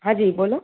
હા જી બોલો